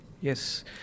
Yes